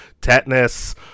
Tetanus